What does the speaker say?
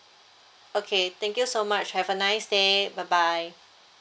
okay thank you so much have a nice day bye bye